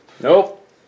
Nope